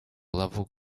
level